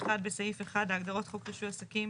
1. בסעיף 1 הגדרות חוק רישוי עסקים